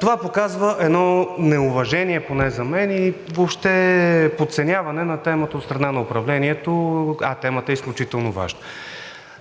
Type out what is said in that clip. Това показва едно неуважение, поне за мен, и въобще подценяване на темата от страна на управлението, а темата е изключително важна.